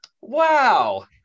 Wow